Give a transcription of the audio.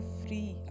free